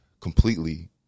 completely